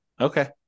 Okay